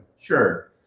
Sure